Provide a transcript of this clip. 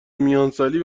میانسالی